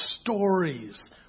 stories